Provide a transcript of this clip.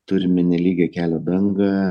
turime nelygią kelio dangą